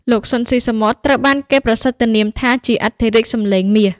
លោក ស៊ីន ស៊ីសាមុត ត្រូវបានគេប្រសិទ្ធនាមថាជា "អធិរាជសម្លេងមាស"។